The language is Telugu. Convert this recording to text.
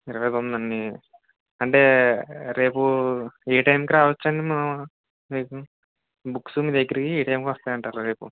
ఇరవైది ఉందండి అంటే రేపు ఏ టైంకి రావచ్చండి మా మీకు బుక్సు మీ దగ్గరయ్యి ఏ టైంకి వస్తాయి అంటారు రేపు